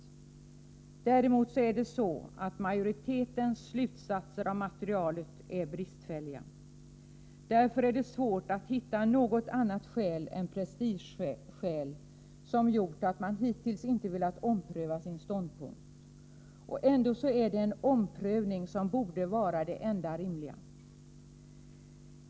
Däremot är majoritetens slutsatser av materialet bristfälliga. Därför är det svårt att hitta något annat skäl än prestigeskäl för att man hittills inte har velat ompröva sin ståndpunkt. Ändå borde en omprövning vara det enda rimliga.